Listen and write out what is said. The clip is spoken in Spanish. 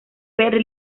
perry